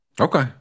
Okay